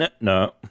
No